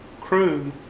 crew